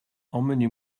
emmenez